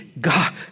God